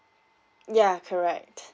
ya correct